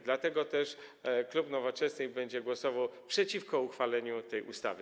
Dlatego też klub Nowoczesnej będzie głosował przeciwko uchwaleniu tej ustawy.